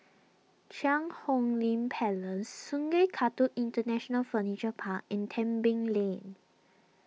Cheang Hong Lim Place Sungei Kadut International Furniture Park and Tebing Lane